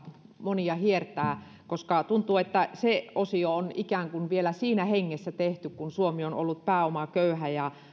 monia hiertää koska tuntuu että se on ikään kuin vielä siinä hengessä tehty kun suomi on ollut pääomaköyhä ja